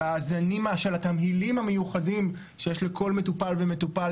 של הזנים והתמהילים המיוחדים שיש לכל מטופל ומטופל,